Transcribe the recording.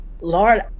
Lord